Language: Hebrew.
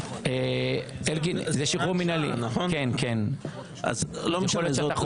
יכול להיות שאתה חוזר --- לא משנה,